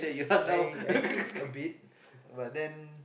I I eat a bit but then